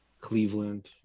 Cleveland